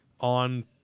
on